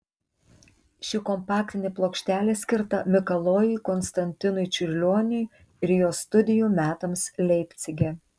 ši kompaktinė plokštelė skirta mikalojui konstantinui čiurlioniui ir jo studijų metams leipcige